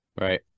right